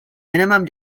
minimum